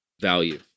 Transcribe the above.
value